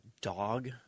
dog